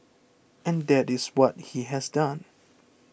and that is what he has done